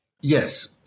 Yes